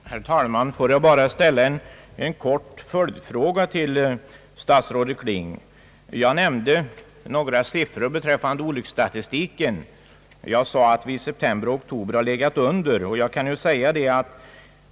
Herr talman! Får jag bara ställa en kort följdfråga till statsrådet Kling. Jag nämnde några siffror beträffande olycksstatistiken. Jag sade att vi i september—oktober har legat under förra årets olyckssiffror.